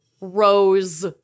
rose